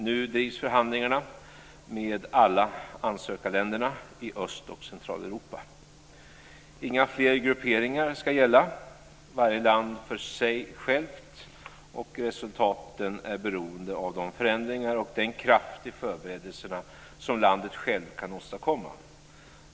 Nu drivs förhandlingarna med alla ansökarländerna i Inga fler grupperingar ska gälla. Det är varje land för sig självt, och resultaten är beroende av de förändringar och den kraft i förberedelserna som landet självt kan åstadkomma.